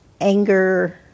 anger